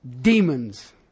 demons